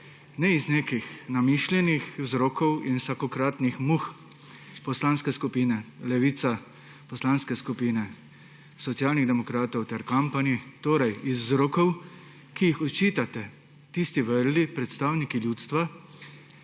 ne iz nekih namišljenih vzrokov in vsakokratnih muh Poslanske skupine Levica, Poslanske skupine Socialnih demokratov ter company. Torej iz vzrokov, ki jih očitate tisti vrli predstavniki ljudstva